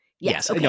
Yes